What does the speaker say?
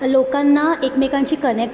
लोकांना एकमेकांशी कनेक्ट